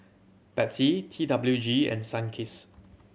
Pepsi T W G and Sunkist